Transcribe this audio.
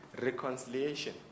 reconciliation